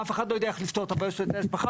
אף אחד לא יודע לפתור את הבעיות של היטל השבחה.